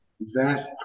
vast